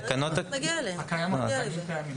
אבל התקנות הקיימות מה קורה?